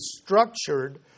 structured